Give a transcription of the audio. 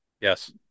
Yes